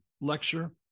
lecture